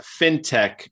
FinTech